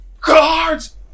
Guards